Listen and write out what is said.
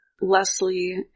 Leslie